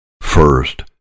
First